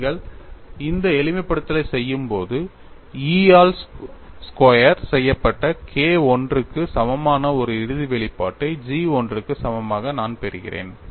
நீங்கள் இந்த எளிமைப்படுத்தலைச் செய்யும்போது E ஆல் ஸ்கொயர் செய்யப்பட்ட K I க்கு சமமான ஒரு இறுதி வெளிப்பாட்டை G I க்கு சமமாக நான் பெறுகிறேன்